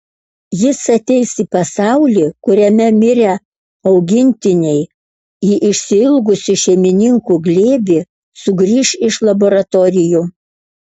jis ateis į pasaulį kuriame mirę augintiniai į išsiilgusių šeimininkų glėbį sugrįš iš laboratorijų